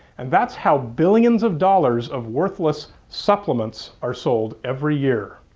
and that's how billions of dollars of worthless supplements are sold every year.